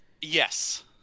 Yes